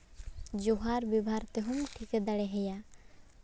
ᱡᱚᱦᱟᱨ ᱵᱮᱵᱷᱟᱨ ᱛᱮᱦᱚᱸᱢ ᱴᱷᱤᱠᱟᱹ ᱫᱟᱲᱮ ᱟᱭᱟ